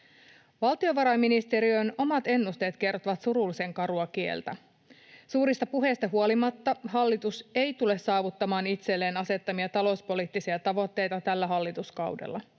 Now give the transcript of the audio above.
Valtiovarainministeriön omat ennusteet kertovat surullisen karua kieltä. Suurista puheista huolimatta hallitus ei tule saavuttamaan itselleen asettamiaan talouspoliittisia tavoitteita tällä hallituskaudella.